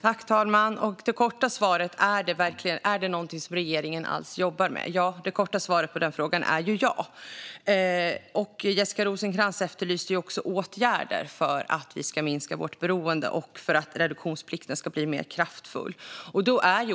Herr talman! På frågan om detta är någonting som regeringen alls jobbar med är det korta svaret ja. Jessica Rosencrantz efterlyste också åtgärder för att vi ska minska vårt beroende och för att reduktionsplikten ska bli mer kraftfull.